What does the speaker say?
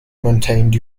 maintained